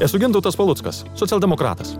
esu gintautas paluckas socialdemokratas